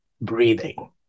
breathing